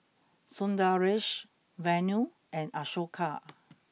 Sundaresh Vanu and Ashoka